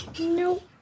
Nope